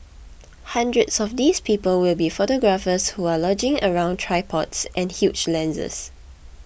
hundreds of these people will be photographers who are lugging around tripods and huge lenses